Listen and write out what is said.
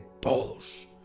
todos